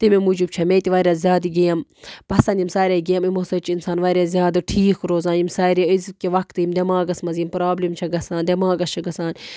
تَمے موٗجوٗب چھےٚ مےٚ تہِ واریاہ زیادٕ گیم پَسنٛد یِم ساریٚے گیمہٕ یِمو سۭتۍ چھِ اِنسان واریاہ زیادٕ ٹھیٖک روزان یِم سارے أزکہِ وَقتہٕ یِم دٮ۪ماغَس منٛز یِم پرٛابلِم چھےٚ گژھان دٮ۪ماغَس چھِ گژھان